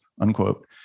unquote